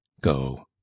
go